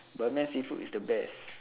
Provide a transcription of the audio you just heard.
ban mian seafood is the best